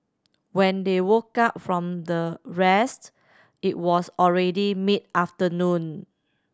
when they woke up from the rest it was already mid afternoon